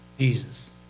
Jesus